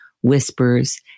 whispers